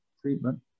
treatment